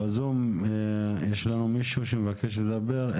בזום יש לנו מישהו שמבקש לדבר?